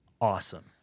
awesome